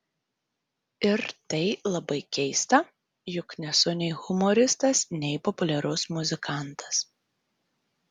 ir tai labai keista juk nesu nei humoristas nei populiarus muzikantas